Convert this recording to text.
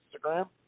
Instagram